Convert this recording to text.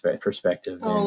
perspective